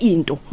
Indo